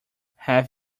have